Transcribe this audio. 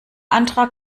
antrag